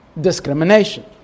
Discrimination